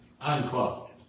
Unquote